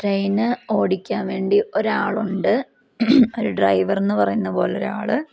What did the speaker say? train ഓടിക്കാൻ വേണ്ടി ഒരാളുണ്ട് ഒരു ഡ്രൈവർ എന്ന് പറയുന്ന പോലെ ഒരാൾ